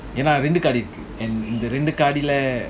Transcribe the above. ya lah எனரெண்டுகாடிஇந்தரெண்டுகாடில:yena rendu kaadi indha rendu kaadila